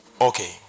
Okay